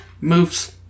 Moves